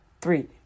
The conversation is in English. three